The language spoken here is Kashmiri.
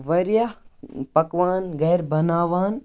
واریاہ پکوان گَرِ بناوان